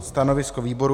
Stanovisko výboru?